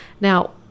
Now